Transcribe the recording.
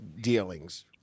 dealings